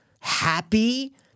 happy